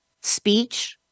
speech